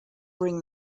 bring